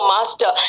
Master